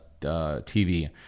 TV